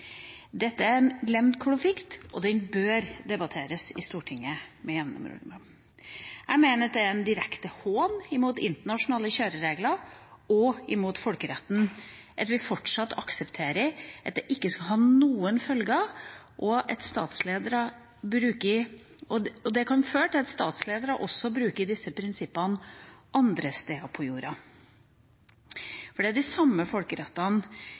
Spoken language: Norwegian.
Dette er en glemt konflikt, og den bør debatteres i Stortinget med jevne mellomrom. Jeg mener det er en direkte hån mot internasjonale kjøreregler – og mot folkeretten – at vi fortsatt aksepterer at denne okkupasjonen ikke skal ha noen følger, og det kan føre til at statsledere også bruker disse prinsippene andre steder på jorda. For det er den samme folkeretten